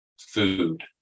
food